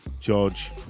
George